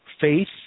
faith